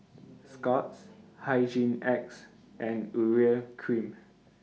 Scott's Hygin X and Urea Cream